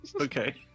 Okay